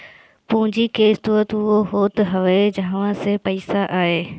पूंजी के स्रोत उ होत हवे जहवा से पईसा आए